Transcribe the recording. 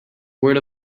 word